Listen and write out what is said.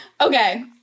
Okay